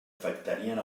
afectarien